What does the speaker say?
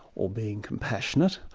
or being compassionate,